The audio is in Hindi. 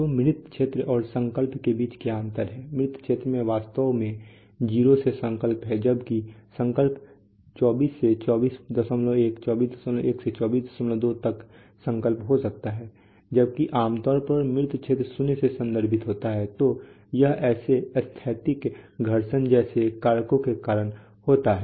तो मृत क्षेत्र और संकल्प के बीच क्या अंतर है मृत क्षेत्र वास्तव में 0 से संकल्प है जबकि संकल्प 24 से 241 241 से 242 तक संकल्प हो सकता है जबकि आम तौर पर मृत क्षेत्र शून्य से संदर्भित होता है तो यह ऐसे स्थैतिक घर्षण जैसे कारकों के कारण होता है